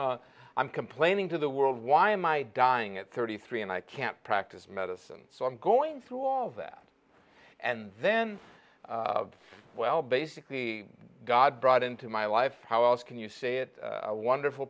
so i'm complaining to the world why am i dying at thirty three and i can't practice medicine so i'm going through all of that and then well basically god brought into my life how else can you say it's a wonderful